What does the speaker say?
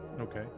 Okay